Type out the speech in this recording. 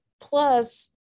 Plus